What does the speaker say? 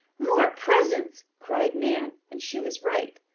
more presents! cried nan, and she was right.